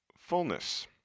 fullness